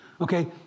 okay